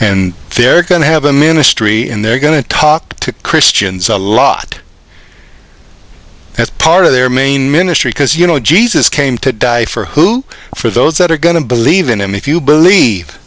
and they're going to have a ministry and they're going to talk to christians a lot as part of their main ministry because you know jesus came to die for who for those that are going to believe in him if you believe